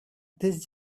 this